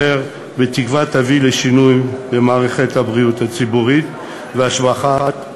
ובתקווה שתביא לשינוי במערכת הבריאות הציבורית ולהשבחתה